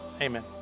Amen